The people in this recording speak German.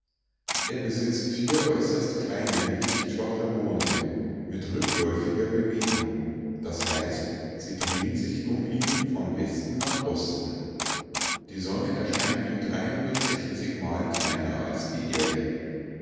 er besitzt vier äußerst kleine lichtschwache monde mit rückläufiger bewegung das heißt sie drehen sich um ihn von westen nach osten die sonne erscheint ihm mal kleiner als der erde